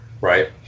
right